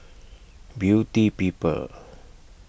Beauty People